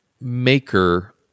maker